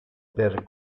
per